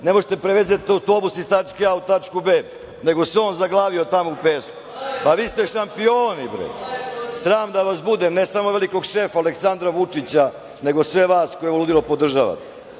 ne možete da prevezete autobus iz tačka A u tačku B, nego se on zaglavio tamo u pesku. Pa, vi ste šampioni, bre. Sram da vas bude, ne samo velikog šefa Aleksandra Vučića, nego sve vas koji ovo ludilo podržavate. Ludilo